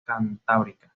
cantábrica